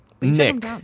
Nick